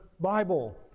Bible